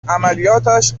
عملیاتش